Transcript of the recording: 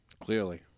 Clearly